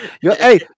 Hey